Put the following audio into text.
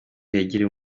yegereye